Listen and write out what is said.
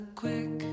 quick